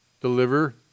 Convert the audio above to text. deliver